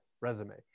resume